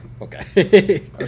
Okay